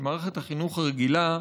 שמערכת החינוך רגילה,